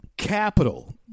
Capital